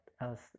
else